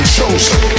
Chosen